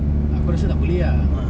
aku rasa tak boleh ah